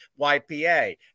YPA